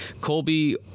Colby